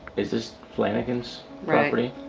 is this flannagan's property?